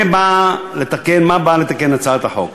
מה באה לתקן הצעת החוק?